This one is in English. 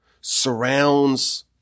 surrounds